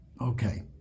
Okay